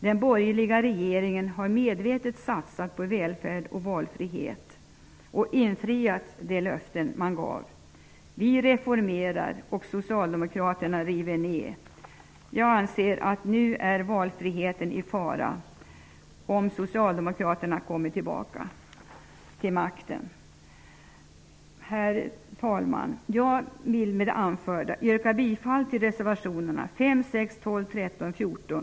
Den borgerliga regeringen har medvetet satsat på välfärd och valfrihet och infriat de löften som man gav. Vi reformerar, och Socialdemokraterna river ner. Om Socialdemokraterna kommer tillbaka till makten är valfriheten i fara. Herr talman! Jag vill med det anförda yrka bifall till reservationerna 5, 6, 12, 13 och 14.